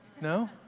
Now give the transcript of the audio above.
No